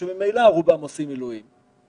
שממילא רובם עושים מילואים,